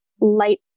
light